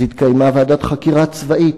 אז התקיימה ועדת חקירה צבאית.